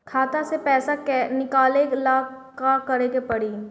खाता से पैसा निकाले ला का करे के पड़ी?